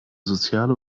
soziale